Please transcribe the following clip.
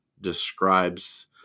describes